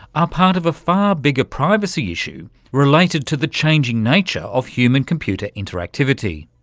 are part of a far bigger privacy issue related to the changing nature of human-computer interactivity.